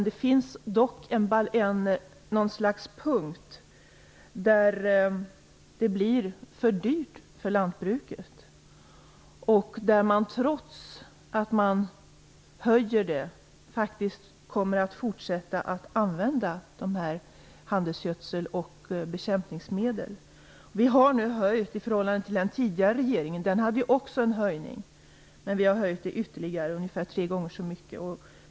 Det finns dock ett slags punkt där det blir för dyrt för lantbruket och där man faktiskt kommer att fortsätta att använda handelsgödsel och bekämpningsmedel trots att vi höjer avgifterna. I förhållande till den tidigare regeringen har vi höjt avgifterna. Den genomförde ju också en höjning, men vi har höjt dem ytterligare ungefär tre gånger så mycket.